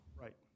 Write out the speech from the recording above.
Right